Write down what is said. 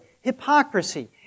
hypocrisy